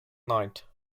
night